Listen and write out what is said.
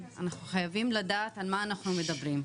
אנחנו חייבים לדעת על מה אנחנו מדברים.